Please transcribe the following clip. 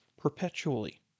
perpetually